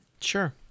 Sure